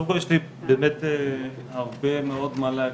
קודם כול יש לי באמת הרבה מאוד מה להגיד,